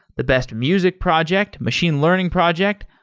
the best music project, machine learning project,